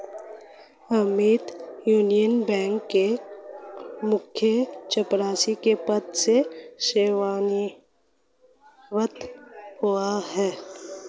Amit Union Bank में मुख्य चपरासी के पद से सेवानिवृत हुआ है